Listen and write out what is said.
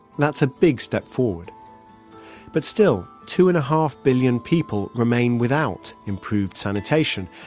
that's a big step forward but still, two and a half billion people remain without improved sanitation,